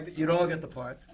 you'd all get the parts.